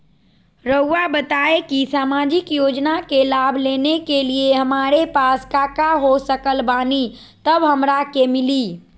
रहुआ बताएं कि सामाजिक योजना के लाभ लेने के लिए हमारे पास काका हो सकल बानी तब हमरा के मिली?